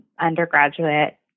undergraduate